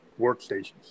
workstations